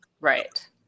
right